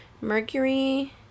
Mercury